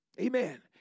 Amen